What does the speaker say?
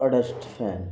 exhaust fan